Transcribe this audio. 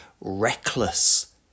reckless